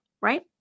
right